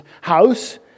house